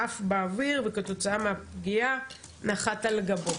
עף באוויר וכתוצאה מהפגיעה נחת על גבו.